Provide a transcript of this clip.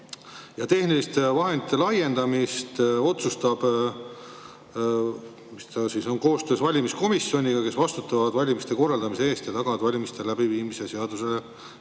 ja tehniliste vahendite laiendamise otsustab, mis ta siis on, [RVT] koostöös valimiskomisjoniga, nemad vastutavad valimiste korraldamise eest ja tagavad valimiste läbiviimise seaduse